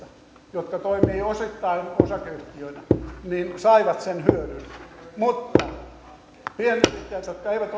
jotka toimivat osittain osakeyhtiöinä saivat sen hyödyn mutta pienyrittäjät jotka eivät